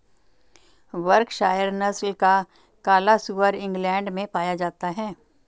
Berkshire नस्ल का काला सुअर इंग्लैण्ड में पाया जाता है